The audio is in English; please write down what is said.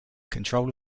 control